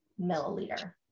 milliliter